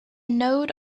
node